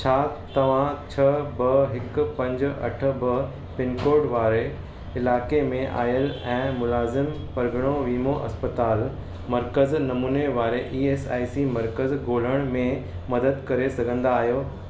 छा तव्हां छ्ह ॿ हिकु पंज अठ ॿ पिनकोड वारे इलाइक़े में आयलु ऐं मुलाज़िम परॻणो वीमो इस्पतालि मर्कज़ नमूने वारा ई एस आई सी मर्कज़ ॻोल्हण में मदद करे सघंदा आहियो